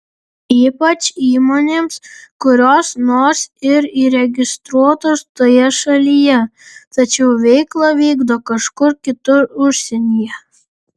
ypač įmonėms kurios nors ir įregistruotos toje šalyje tačiau veiklą vykdo kažkur kitur užsienyje